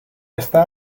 estar